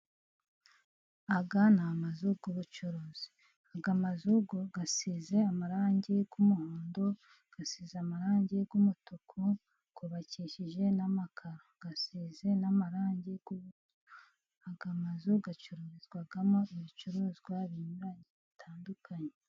Aya ni amazu y’ubucuruzi. Aya mazu asize amarangi y’umuhondo, asize amarangi y’umutuku, yubakishijwe n’amakaro asize n’amarangi y’umuhondo. Aya mazu acururizwamo ibicuruzwa binyuranye bitandukanye.